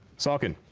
saucon,